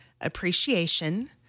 appreciation